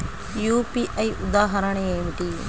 UPI ఉదాహరణ ఏమిటి?